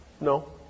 No